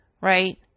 right